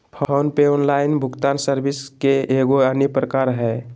phone पे online भुगतान service के एगो अन्य प्रकार हय